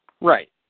Right